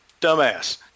dumbass